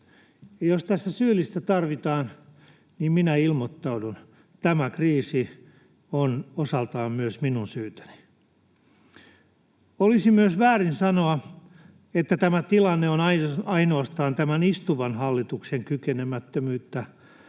Jos tässä syyllistä tarvitaan, niin minä ilmoittaudun — tämä kriisi on osaltaan myös minun syytäni. Olisi myös väärin sanoa, että tämä tilanne on ainoastaan tämän istuvan hallituksen kykenemättömyyttä,